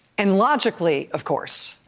and logically, of course,